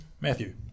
Matthew